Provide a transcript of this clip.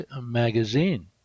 magazine